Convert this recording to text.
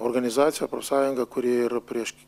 organizacija profsąjunga kuri ir prieš